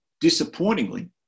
Disappointingly